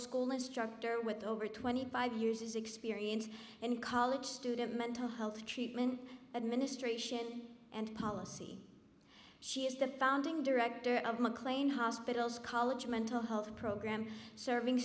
school a structure with over twenty five years experience in college student mental health treatment administration and policy she is the founding director of mclean hospital's college mental health program serving